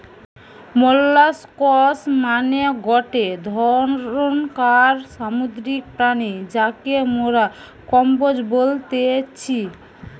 molluscs মানে গটে ধরণকার সামুদ্রিক প্রাণী যাকে মোরা কম্বোজ বলতেছি